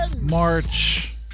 March